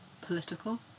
political